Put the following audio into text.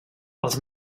els